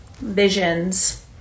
visions